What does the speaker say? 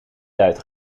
duit